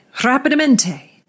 Rapidamente